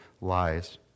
lies